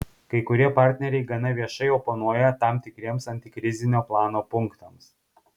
kai kurie partneriai gana viešai oponuoja tam tikriems antikrizinio plano punktams